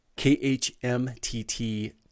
K-H-M-T-T